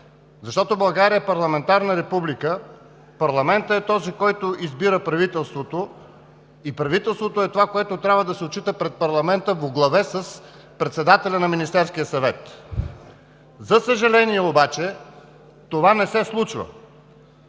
Защото тя е парламентарна република, парламентът е този, който избира правителството, и правителството е това, което трябва да се отчита пред парламента воглаве с председателя на Министерския съвет. За съжаление, това не се случва.